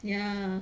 ya